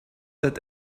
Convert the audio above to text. that